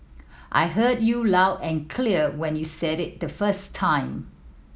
I heard you loud and clear when you said it the first time